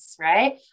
right